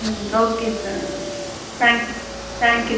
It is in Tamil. ம் okay sir thank you thank you